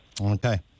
Okay